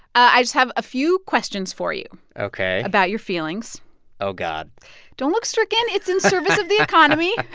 i just have a few questions for you. ok. about your feelings oh, god don't look stricken. it's in service of the economy